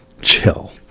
chill